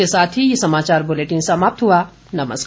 इसी के साथ ये समाचार बुलेटिन समाप्त हुआ नमस्कार